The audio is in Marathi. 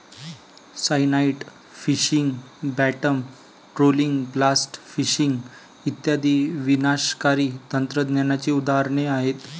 cyanide fishing, bottom trawling, blast fishing इत्यादी विनाशकारी तंत्रज्ञानाची उदाहरणे आहेत